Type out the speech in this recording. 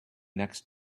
next